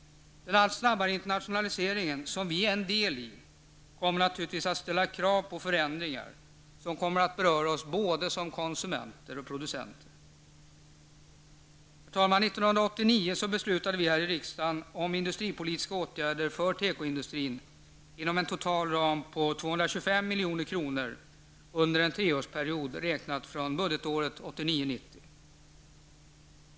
Den allt snabbare internationaliseringen, som vi är en del av, kommer naturligtvis att ställa krav på förändringar som kommer att beröra oss både som konsumenter och producenter. 1989 beslutade vi här i riksdagen om industripolitiska åtgärder för tekoindustrin inom en total ram på 225 milj.kr. under en tioårsperiod, räknat från budgetåret 1989/90.